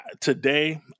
today